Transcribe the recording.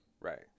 Right